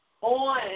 on